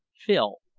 phil.